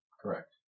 Correct